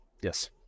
Yes